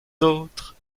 d’autres